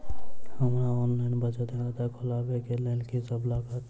हमरा ऑनलाइन बचत खाता खोलाबै केँ लेल की सब लागत?